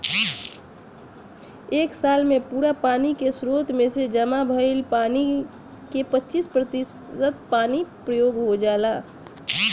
एक साल के पूरा पानी के स्रोत में से जामा भईल पानी के पच्चीस प्रतिशत पानी प्रयोग हो जाला